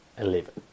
eleven